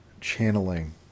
channeling